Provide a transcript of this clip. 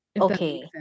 okay